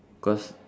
cause